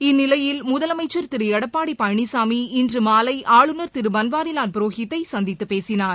இந்நிலையில் முதலமைச்சர் திரு எடப்பாடி பழனிசாமி இன்று மாலை ஆளுநர் திரு பன்வாரிலால் புரோஹித்தை சந்தித்து பேசினார்